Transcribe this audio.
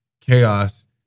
chaos